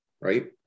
Right